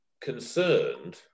concerned